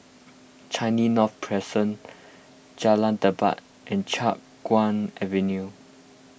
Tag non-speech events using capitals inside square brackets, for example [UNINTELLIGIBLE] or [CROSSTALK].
Changi North Crescent Jalan [UNINTELLIGIBLE] and Chiap Guan Avenue